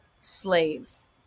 slaves